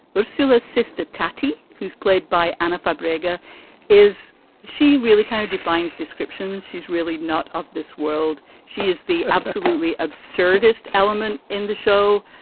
ursula's sister, tattie, who's played by anna fabrica. is she really kind of defines description's? she's really not of this world. she is the absolutely absurdist element in the show.